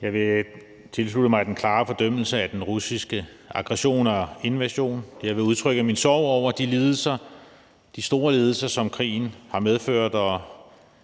Jeg vil tilslutte mig den klare fordømmelse af den russiske aggression og invasion. Jeg vil udtrykke min sorg over de store lidelser, som krigen har medført, og